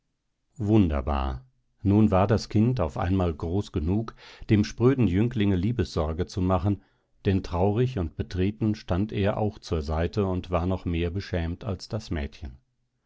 wunderbar nun war das kind auf einmal groß genug dem spröden jünglinge liebessorge zu machen denn traurig und betreten stand er auch zur seite und war noch mehr beschämt als das mädchen